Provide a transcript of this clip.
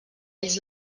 ells